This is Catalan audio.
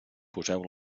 poseu